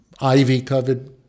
ivy-covered